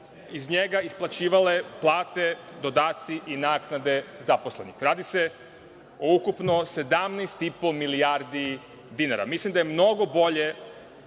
iz njega isplaćivale plate, dodaci i naknade zaposlenih. Radi se o ukupno 17,5 milijardi dinara. Mislim da je mnogo bolje